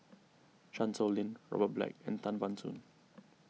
Chan Sow Lin Robert Black and Tan Ban Soon